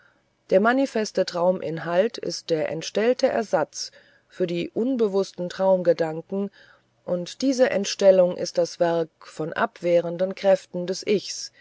der manifeste trauminhalt ist der entstellte ersatz für die unbewußten traumgedanken und diese entstellung ist das werk von abwehrenden kräften des ichs